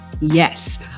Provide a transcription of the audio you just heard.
Yes